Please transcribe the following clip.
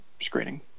screening